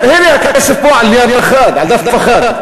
הנה, הכסף פה, על נייר אחד, על דף אחד.